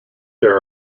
there